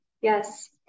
yes